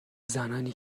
زنانی